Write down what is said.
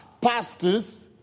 pastors